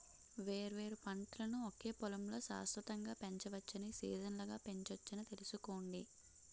వేర్వేరు పంటలను ఒకే పొలంలో శాశ్వతంగా పెంచవచ్చని, సీజనల్గా పెంచొచ్చని తెలుసుకోండి